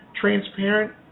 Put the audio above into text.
transparent